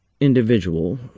individual